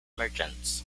merchants